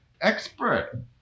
expert